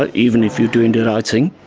but even if you're doing the right thing.